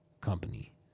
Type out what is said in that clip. company